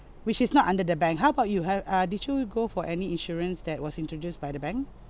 which is not under the bank how about you have uh did you go for any insurance that was introduced by the bank